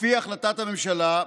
לפי החלטת הממשלה,